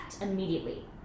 immediately